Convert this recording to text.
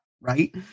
right